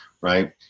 right